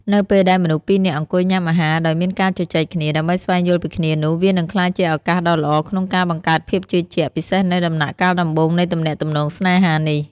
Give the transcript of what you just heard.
នៅពេលដែលមនុស្សពីរនាក់អង្គុយញ៉ាំអាហារដោយមានការជជែកគ្នា ដើម្បីស្វែងយល់ពីគ្នានោះវានឹងក្លាយជាឱកាសដ៏ល្អក្នុងការបង្កើតភាពជឿជាក់ ពិសេសនៅដំណាក់កាលដំបូងនៃទំនាក់ទំនងស្នេហានេះ។